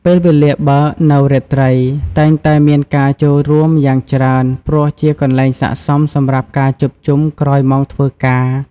ពេលវេលាបើក នៅរាត្រី តែងតែមានការចូលរួមយ៉ាងច្រើន ព្រោះជាកន្លែងសាកសមសម្រាប់ការជួបជុំក្រោយម៉ោងធ្វើការ។